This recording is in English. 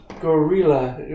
Gorilla